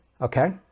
Okay